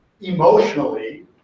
emotionally